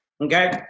Okay